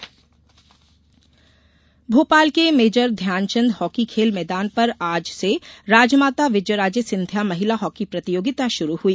hockey tournament Bhopal के major Dhyanchand hockey खेल मैदान पर आज से राजमाता विजयाराजे सिंधिया महिला हॉकी प्रतियोगिता शुरू हुई